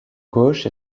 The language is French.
gauche